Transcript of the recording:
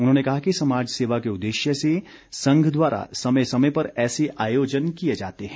उन्होंने कहा कि समाज सेवा के उद्देश्य से संघ द्वारा समय समय पर ऐसे आयोजन किए जाते हैं